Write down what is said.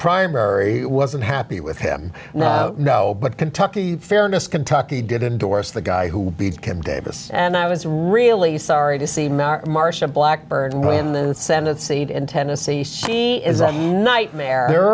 primary wasn't happy with him no but kentucky fairness kentucky did endorse the guy who beat ken davis and i was really sorry to see marsha blackburn win the senate seat in tennessee she is a nightmare there